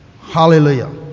hallelujah